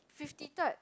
fifty third